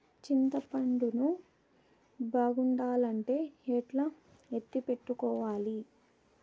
చింతపండు ను బాగుండాలంటే ఎట్లా ఎత్తిపెట్టుకోవాలి?